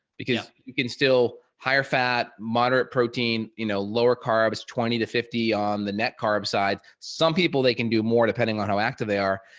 because yeah you can still higher fat, moderate protein, you know, lower carbs twenty to fifty on the net carb side, some people they can do more depending on how active they are.